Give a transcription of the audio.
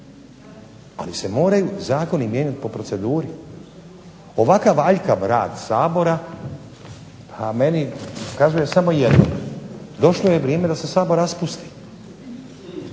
ali se moraj zakoni po proceduri. Ovakav aljkav rad Sabora po meni ukazuje samo na jedno, došlo je vrijeme da se SAbor raspusti.